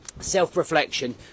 Self-reflection